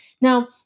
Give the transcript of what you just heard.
Now